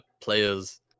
players